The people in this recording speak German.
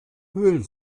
höhlen